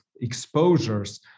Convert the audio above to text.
exposures